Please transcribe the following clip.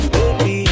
Baby